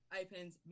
opens